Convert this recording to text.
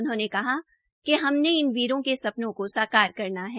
उन्होंने कहा कि हमने इन वीरो के सपनों को साकार करना है